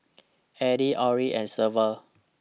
Alline Orin and Severt